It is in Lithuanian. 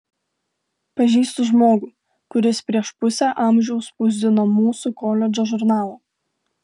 pažįstu žmogų kuris prieš pusę amžiaus spausdino mūsų koledžo žurnalą